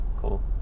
cool